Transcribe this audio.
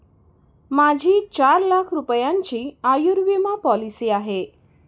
माझी चार लाख रुपयांची आयुर्विमा पॉलिसी आहे